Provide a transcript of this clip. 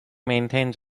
maintains